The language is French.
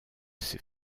s’est